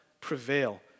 Prevail